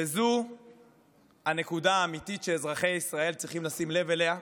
וזאת הנקודה האמיתית שאזרחי ישראל צריכים לשים לב אליה,